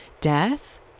death